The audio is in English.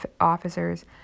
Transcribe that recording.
officers